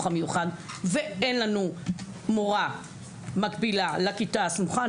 המיוחד ואין לנו מורה מקבילה לכיתה הסמוכה,